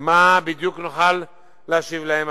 ומה בדיוק נוכל להשיב להם?